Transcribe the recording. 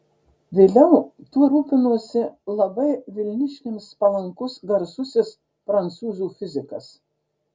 vėliau tuo rūpinosi labai vilniškiams palankus garsusis prancūzų fizikas